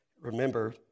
Remember